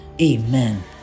Amen